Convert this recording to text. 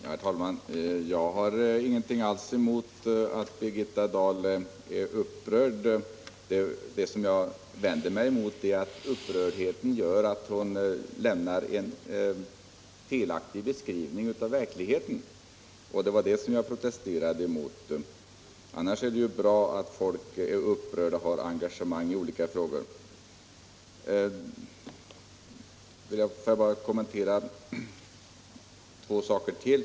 Herr talman! Jag har ingenting alls emot att Birgitta Dahl är upprörd. Det som jag vänder mig emot är att upprördheten gör att hon lämnar en felaktig beskrivning av verkligheten. Annars är det ju bra att folk är upprörda och har engagemang i olika frågor. Jag skall bara kommentera två saker till.